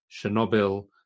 Chernobyl